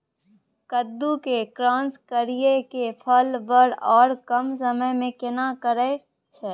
कद्दू के क्रॉस करिये के फल बर आर कम समय में केना फरय छै?